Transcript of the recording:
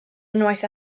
unwaith